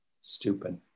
Stupid